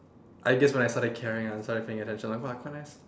I guess when I started caring I started thinking !wah! quite nice